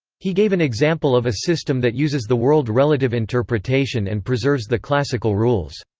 he gave an example of a system that uses the world-relative interpretation and preserves the classical rules.